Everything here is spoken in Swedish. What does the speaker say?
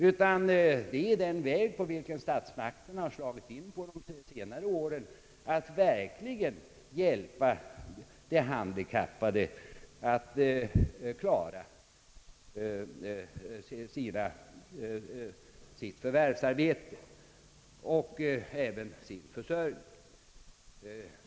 Man skall i stället följa den väg som statsmakterna har slagit in på under senare år, d. v. s. verkligen hjälpa de handikappade att klara sitt förvärvsarbete och därmed sin försörjning.